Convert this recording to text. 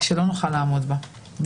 שלא נוכל לעמוד בה.